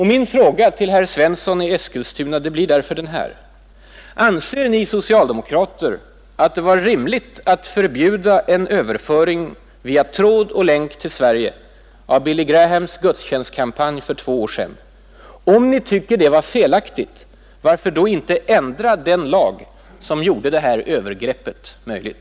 Min fråga till herr Svensson i Eskilstuna blir därför: Anser ni socialdemokrater att det var rimligt att förbjuda en överföring via tråd och kabel till Sverige av Billy Grahams gudstjänstkampanj? Om ni tycker att det var felaktigt, varför vill ni då inte ändra den lag som gjorde detta övergrepp möjligt?